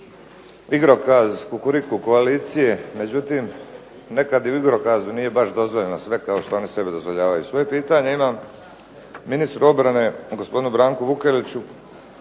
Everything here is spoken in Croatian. igrokaz kukuriku koalicije, međutim nekad i u igrokazu nije baš dozvoljeno sve kao što oni sebi dozvoljavaju. Svoje pitanjem imam ministru obrane gospodinu Branku Vukeliću.